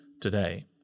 today